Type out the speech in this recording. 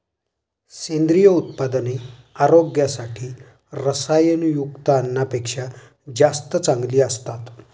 सेंद्रिय उत्पादने आरोग्यासाठी रसायनयुक्त अन्नापेक्षा जास्त चांगली असतात